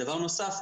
דבר נוסף,